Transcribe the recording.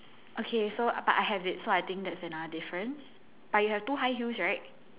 okay so but I have it so I think that's another difference but you have two high heels right